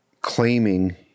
claiming